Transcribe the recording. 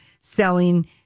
selling